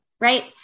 right